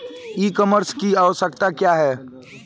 ई कॉमर्स की आवशयक्ता क्या है?